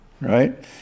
right